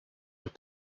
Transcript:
were